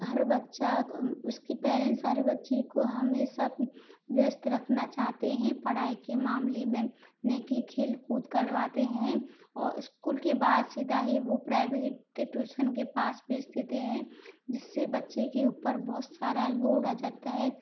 हर बच्चा उस के पेरेंट्स हर बच्चे को हमेशा व्यस्त रखना चाहते हैं पढ़ाई के मामले में ना कि खेल कूद करवाते हैं और इस्कूल के बाद सीधा ही वो प्राइवेट ट्यूसन के पास भेज देते हैं जिस से बच्चे के ऊपर बहुत सारा लोड आ जाता है